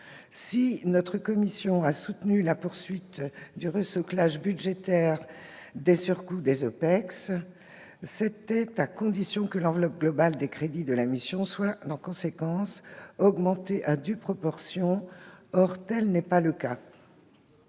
Si notre commission a soutenu la poursuite du « resoclage » budgétaire des surcoûts des OPEX, c'était à la condition que l'enveloppe globale des crédits de la mission soit augmentée à due proportion. Or tel n'est pas le cas.